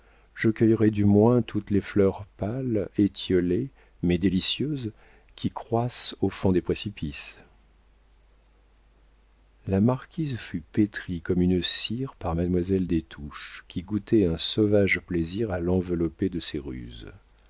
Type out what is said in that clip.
je cueillerai du moins toutes les fleurs pâles étiolées mais délicieuses qui croissent au fond des précipices la marquise fut pétrie comme une cire par mademoiselle des touches qui goûtait un sauvage plaisir à l'envelopper de ses ruses